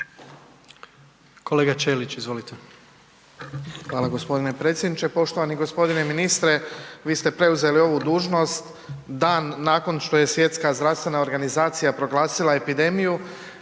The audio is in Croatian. Kolega Ćelić, izvolite. **Ćelić, Ivan (HDZ)** Hvala g. predsjedniče. Poštovani g. ministre, vi ste preuzeli ovu dužnost dan nakon što je Svjetska zdravstvena organizacija proglasila epidemiju.